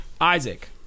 Isaac